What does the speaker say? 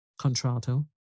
Contralto